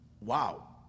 Wow